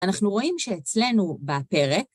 אנחנו רואים שאצלנו, בפרק,